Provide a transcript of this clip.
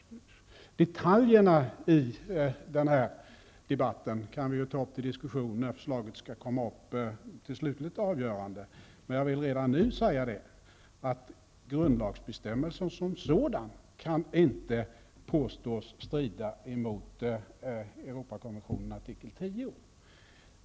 Detaljerna i den här debatten kan vi ta upp till diskussion när förslaget kommer upp till slutligt avgörande, men jag vill redan nu säga att grundlagsbestämmelsen som sådan inte kan påstås strida mot Europakonventionen artikel 10.